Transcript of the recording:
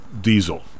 diesel